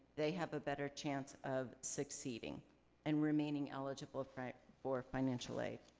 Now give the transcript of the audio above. they have a better chance of succeeding and remaining eligible for financial aid.